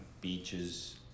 beaches